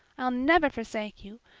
i'll never forsake you.